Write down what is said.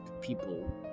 people